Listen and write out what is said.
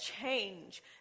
change